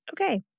Okay